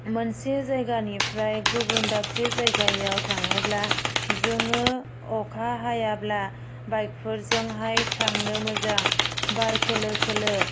मोनसे जायगानिफ्राय गुबुन दाबसे जायगायाव थाङोब्ला जोङो अखा हायाब्ला बाइकफोरजोंहाय थांनो मोजां बार खोलो खोलो